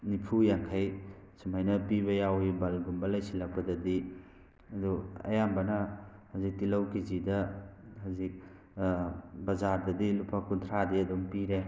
ꯅꯤꯐꯨ ꯌꯥꯡꯈꯩ ꯁꯨꯃꯥꯏꯅ ꯄꯤꯕ ꯌꯥꯎꯋꯤ ꯕꯟꯒꯨꯝꯕ ꯂꯩꯁꯟꯂꯛꯄꯗꯗꯤ ꯑꯗꯨ ꯑꯌꯥꯝꯕꯅ ꯍꯧꯖꯤꯛ ꯇꯤꯜꯍꯧ ꯀꯦꯖꯤꯗ ꯍꯧꯖꯤꯛ ꯕꯖꯥꯔꯗꯗꯤ ꯂꯨꯄꯥ ꯀꯨꯟꯊ꯭ꯔꯥꯗꯤ ꯑꯗꯨꯝ ꯄꯤꯔꯦ